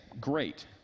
great